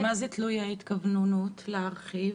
במה תלויה ההתכווננות להרחיב?